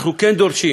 אנחנו כן דורשים